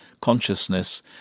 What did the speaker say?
consciousness